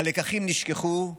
הלקחים נשכחו,